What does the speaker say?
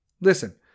Listen